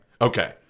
Okay